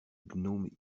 gnome